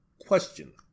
question